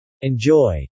Enjoy